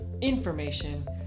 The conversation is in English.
information